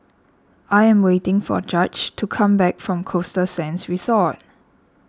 I am waiting for Judge to come back from Costa Sands Resort